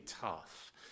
tough